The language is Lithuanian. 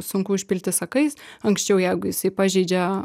sunku užpilti sakais anksčiau jeigu jisai pažeidžia